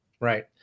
Right